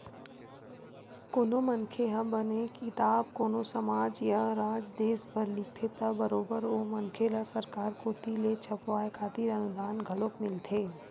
कोनो मनखे ह बने किताब कोनो समाज या राज देस बर लिखथे त बरोबर ओ मनखे ल सरकार कोती ले छपवाय खातिर अनुदान घलोक मिलथे